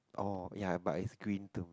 oh ya but is green too